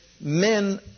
men